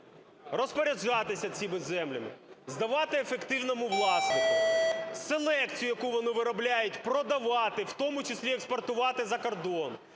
розпоряджатися цими землями, здавати ефективному власнику; селекцію, яку вони виробляють, продавати, в тому числі експортувати за кордон.